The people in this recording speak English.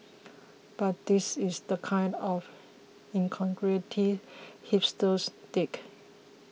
but this is the kind of incongruity hipsters dig